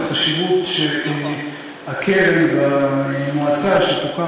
את החשיבות של הקרן והמועצה שתוקם